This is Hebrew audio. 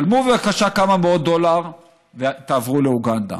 שלמו בבקשה כמה מאות דולרים ותעברו לאוגנדה.